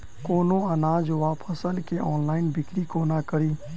कोनों अनाज वा फसल केँ ऑनलाइन बिक्री कोना कड़ी?